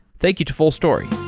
thank you to fullstory